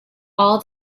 all